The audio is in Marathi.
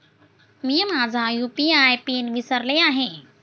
मी माझा यू.पी.आय पिन विसरले आहे